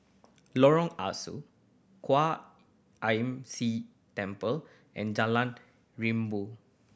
Lorong Ah Soo Kwan Imm See Temple and Jalan Rimau